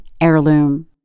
heirloom